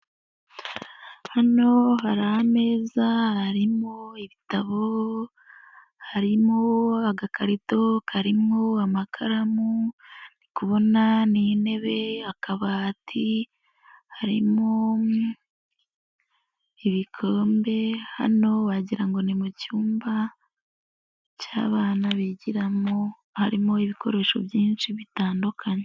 Hano hari ameza, harimo ibitabo, harimo agakarito karimo amakaramu, ndi kubona n'intebe, akabati harimo ibikombe, hano wagira ngo ni mu cyumba cy'abana bigiramo, harimo ibikoresho byinshi bitandukanye.